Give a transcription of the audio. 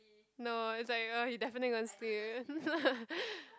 no it's like !ugh! you definitely gonna sleep